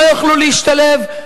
לא יוכלו להשתלב,